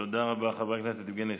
תודה רבה, חבר הכנסת יבגני סובה.